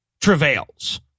travails